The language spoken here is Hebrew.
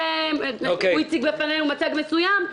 "הוא הציג בפנינו מצג מסוים",